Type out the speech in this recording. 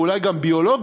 ואולי גם ביולוגיים,